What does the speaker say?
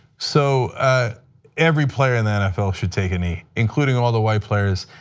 so every player in the nfl should take a knee, including all the white players.